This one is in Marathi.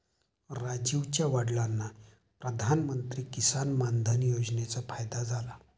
राजीवच्या वडिलांना प्रधानमंत्री किसान मान धन योजनेचा फायदा झाला